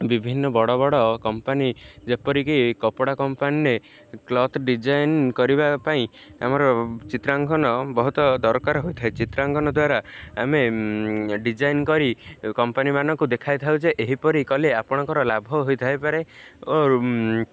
ବିଭିନ୍ନ ବଡ଼ ବଡ଼ କମ୍ପାନୀ ଯେପରିକି କପଡ଼ା କମ୍ପାନୀରେ କ୍ଲଥ ଡିଜାଇନ୍ କରିବା ପାଇଁ ଆମର ଚିତ୍ରାଙ୍କନ ବହୁତ ଦରକାର ହୋଇଥାଏ ଚିତ୍ରାଙ୍କନ ଦ୍ୱାରା ଆମେ ଡିଜାଇନ କରି କମ୍ପାନୀମାନଙ୍କୁ ଦେଖାଇଥାଉଛେ ଏହିପରି କଲେ ଆପଣଙ୍କର ଲାଭ ହୋଇଥାଇପାରେ ଓ